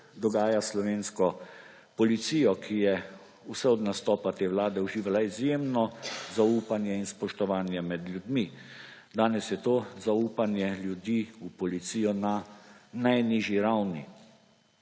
dogaja s slovensko policijo, ki je vse od nastopa te vlade uživala izjemno zaupanje in spoštovanje med ljudmi. Danes je to zaupanje ljudi v policijo na najnižji ravni.